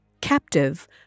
captive